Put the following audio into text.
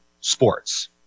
sports